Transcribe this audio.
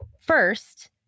First